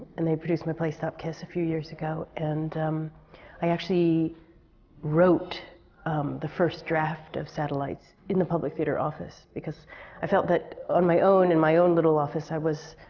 and they produced my play stop kiss a few years ago. and i actually wrote the first draft of satellites in the public theatre office. because i felt that on my own, in my own little office, i was